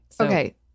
Okay